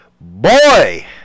Boy